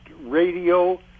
radio